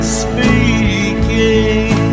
speaking